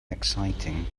exciting